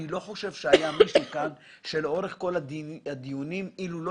אני לא חושב שהיה מישהו כאן שלאורך כל הדיונים - אילו הוא לא